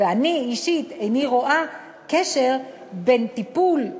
ואני אישית איני רואה קשר בין טיפול בחולה,